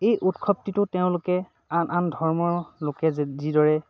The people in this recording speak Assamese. এই উৎসৱটো তেওঁলোকে আন আন ধৰ্মৰ লোকে যিদৰে